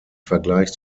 vergleich